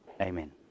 amen